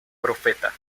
profeta